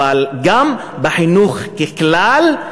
אבל גם במערכת החינוך בכלל,